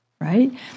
right